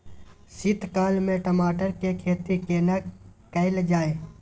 शीत काल में टमाटर के खेती केना कैल जाय?